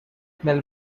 smell